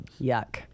Yuck